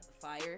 fire